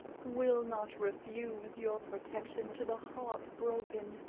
will not refuse your protection to the heart-broken.